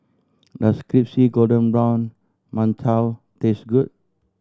does crispy golden brown mantou taste good